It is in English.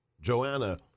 Joanna